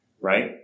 right